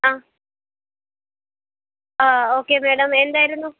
ആ okay madam എന്തായിരുന്നു